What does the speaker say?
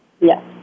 Yes